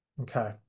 Okay